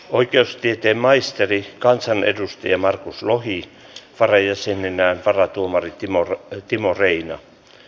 oikeustieteen maisteri kansanedustaja markus lohi varajäseninä varatuomari timo timo reina